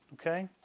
okay